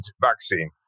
vaccine